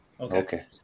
okay